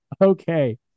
Okay